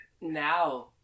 now